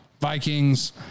Vikings